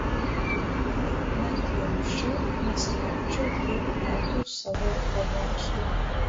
jei neatjausčiau neskelbčiau tiek metų savo pamokslų